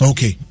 Okay